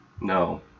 No